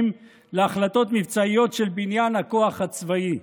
להחלטות מבצעיות של בניין הכוח הצבאי.